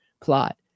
plot